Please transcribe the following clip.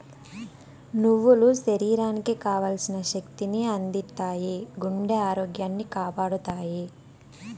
నువ్వులు శరీరానికి కావల్సిన శక్తి ని అందిత్తాయి, గుండె ఆరోగ్యాన్ని కాపాడతాయి